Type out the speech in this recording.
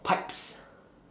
pipes